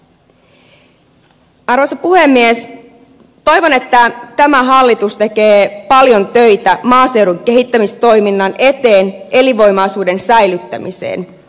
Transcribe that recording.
toivon että tämä hallitus tekee paljon töitä maaseudun kehittämistoiminnan eteen elinvoimaisuuden säilyttämiseksi